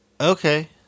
okay